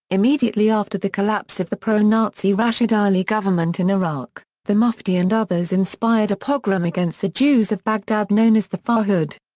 immediately after the collapse of the pro-nazi rashid ali government in iraq, the mufti and others inspired a pogrom against the jews of baghdad known as the farhud.